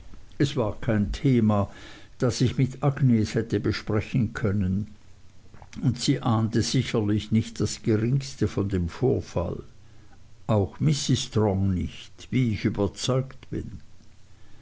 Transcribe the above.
es war kein thema das ich mit agnes hätte besprechen können und sie ahnte sicherlich nicht das geringste von dem vorfall auch mrs strong nicht wie ich überzeugt bin